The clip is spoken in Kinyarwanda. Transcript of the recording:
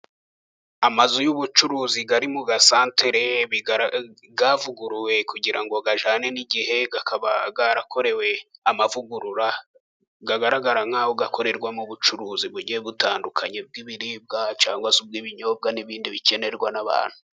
Amazu y’ubucuruzi ari mu gasantere yavuguruwe kugira ngo ajyane n’igihe. Akaba yarakorewe amavugururwa agaragara nk’aho akorerwamo ubucuruzi bugiye butandukanye bw’ibiribwa cyangwa se ubw’ibinyobwa n’ibindi bikenerwa n’abantu.